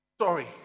sorry